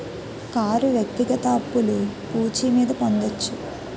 car వ్యక్తిగత అప్పులు పూచి మీద పొందొచ్చు